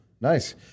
Nice